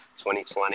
2020